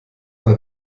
mal